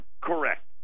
Correct